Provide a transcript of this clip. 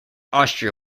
austria